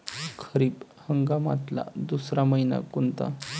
खरीप हंगामातला दुसरा मइना कोनता?